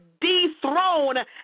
dethroned